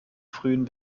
frühen